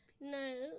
No